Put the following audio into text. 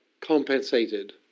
compensated